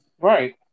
Right